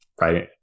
right